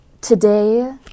today